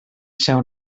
seu